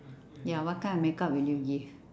ya kind of makeup would you give